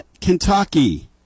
Kentucky